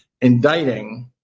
indicting